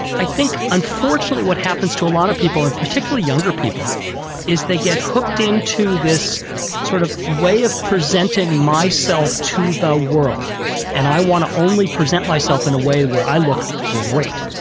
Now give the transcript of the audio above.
i think unfortunately what happens to a lot of people and particularly younger people is they get hooked into this sort of way of presenting myself to the world and i want to only present myself in a way where i look great.